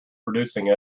producing